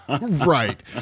Right